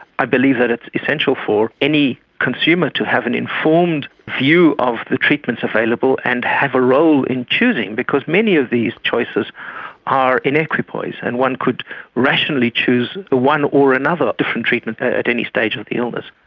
i believe that it's essential for any consumer to have an informed view of the treatments available and have a role in choosing, because many of these choices are in equipoise and one could rationally choose one or another different treatment at any stage of the illness.